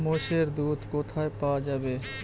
মোষের দুধ কোথায় পাওয়া যাবে?